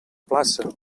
plaça